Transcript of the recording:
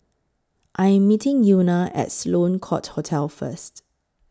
I Am meeting Euna At Sloane Court Hotel First